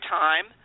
time